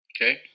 Okay